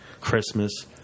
christmas